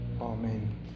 Amen